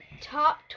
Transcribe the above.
Top